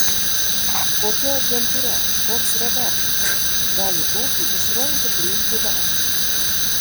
kokia agentūra koks redaktorius gali tokį išrankų priimti į darbą